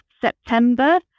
September